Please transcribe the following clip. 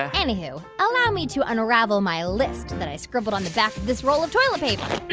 ah anywho, allow me to unravel my list that i scribbled on the back of this roll of toilet paper.